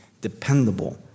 dependable